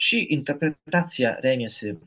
ši interpretacija remiasi